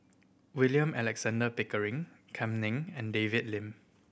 William Alexander Pickering Kam Ning and David Lim